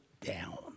down